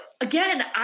again